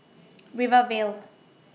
Rivervale